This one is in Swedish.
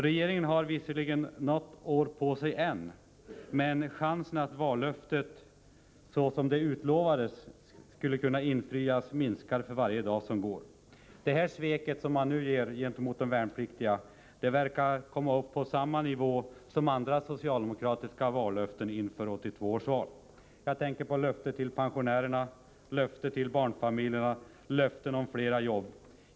Regeringen har visserligen något år på sig än, men chansen att vallöftet så som det utformades skall kunna infrias minskar för varje dag som går. Det svek som socialdemokraterna nu gör gentemot de värnpliktiga verkar komma upp på samma nivå som andra socialdemokratiska vallöften inför 1982 års val. Jag tänker på löftet till pensionärerna, löften till barnfamiljerna, löften om flera jobb.